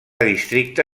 districte